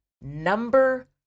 number